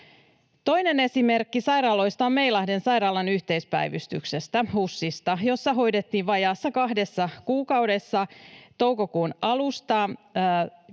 Toinen esimerkki sairaaloista on Meilahden sairaalan yhteispäivystyksestä HUSista, jossa hoidettiin vajaassa kahdessa kuukaudessa, toukokuun alusta